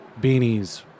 beanies